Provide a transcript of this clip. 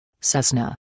Cessna